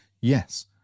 yes